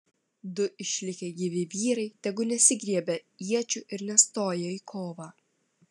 du išlikę gyvi vyrai tegu nesigriebia iečių ir nestoja į kovą